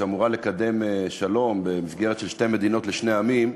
שאמורה לקדם שלום במסגרת של שתי מדינות לשני עמים,